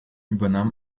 übernahm